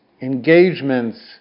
engagements